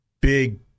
big